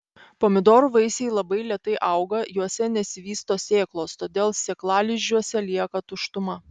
pomidorų vaisiai labai lėtai auga juose nesivysto sėklos todėl sėklalizdžiuose lieka tuštuma